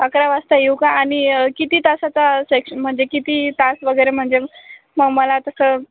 अकरा वाजता येऊ का आणि किती तासाचा सेक्श म्हणजे किती तास वगैरे म्हणजे मग मला तसं